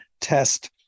test